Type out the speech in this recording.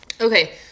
okay